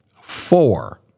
four